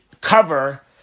cover